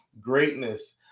greatness